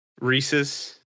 Reese's